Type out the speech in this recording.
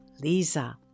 Lisa